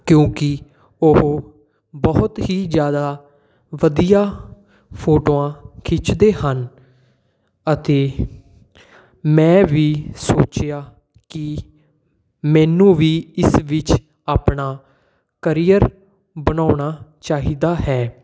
ਕਿਉਂਕਿ ਉਹ ਬਹੁਤ ਹੀ ਜ਼ਿਆਦਾ ਵਧੀਆ ਫੋਟੋਆਂ ਖਿੱਚਦੇ ਹਨ ਅਤੇ ਮੈਂ ਵੀ ਸੋਚਿਆ ਕਿ ਮੈਨੂੰ ਵੀ ਇਸ ਵਿੱਚ ਆਪਣਾ ਕਰੀਅਰ ਬਣਾਉਣਾ ਚਾਹੀਦਾ ਹੈ